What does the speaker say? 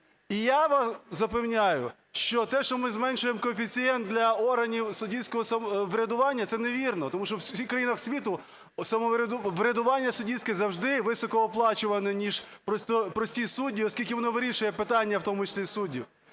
І я вас запевняю, що те, що ми зменшуємо коефіцієнт для органів суддівського врядування, це невірно, тому що у всіх країнах світу врядування суддівське завжди високо оплачуване ніж прості судді, оскільки воно вирішує питання в тому числі суддів.